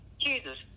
Jesus